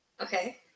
Okay